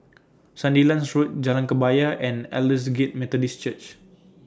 Sandilands Road Jalan Kebaya and Aldersgate Methodist Church